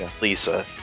lisa